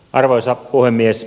arvoisa puhemies